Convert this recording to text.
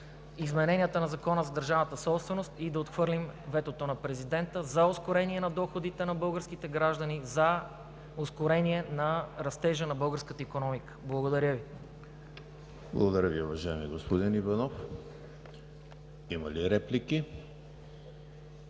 измененията на Закона за държавната собственост и да отхвърлим ветото на Президента за ускорение на доходите на българските граждани, за растежа на българската икономика. Благодаря Ви. ПРЕДСЕДАТЕЛ ЕМИЛ ХРИСТОВ: Благодаря Ви, уважаеми господин Иванов. Има ли реплики?